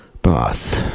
Boss